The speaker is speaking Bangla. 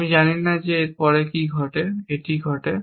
আমরা জানি না যে এর পরে এটি ঘটে